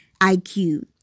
IQ